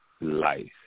life